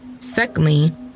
Secondly